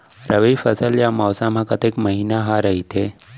रबि फसल या मौसम हा कतेक महिना हा रहिथे?